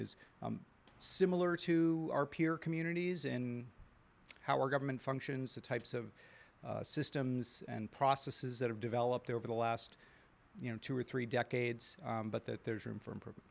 is similar to our peer communities in how our government functions the types of systems and processes that have developed over the last you know two or three decades but that there's room for improvement